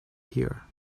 here